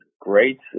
great